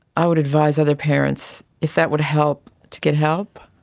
i would advise other parents, if that would help, to get help,